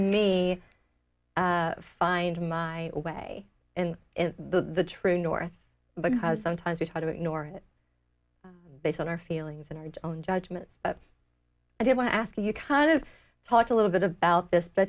me find my way in the true north because sometimes we try to ignore it based on our feelings and our own judgments but i did want to ask you kind of talked a little bit about this but i